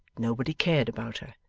nobody cared about her.